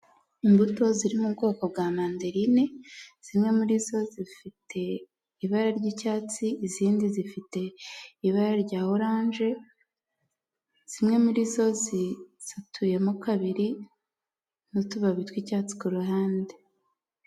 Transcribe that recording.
Imbuto ziri mu bwoko bwa manderine, zimwe muri zo zifite ibara ry'icyatsi izindi zifite ibara rya oranje, zimwe muri zo zisatuyemo kabiri n'utubabi tw'icyatsi ku ruhande.